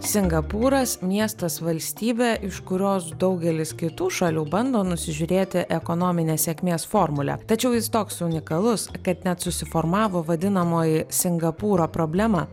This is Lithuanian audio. singapūras miestas valstybė iš kurios daugelis kitų šalių bando nusižiūrėti ekonominės sėkmės formulę tačiau jis toks unikalus kad net susiformavo vadinamoji singapūro problema